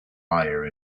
hire